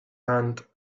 hand